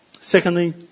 Secondly